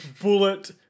Bullet